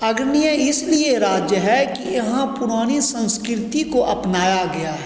अग्रणीय इसलिए राज्य है कि यहाँ पुरानी संस्कृति को अपनाया गया है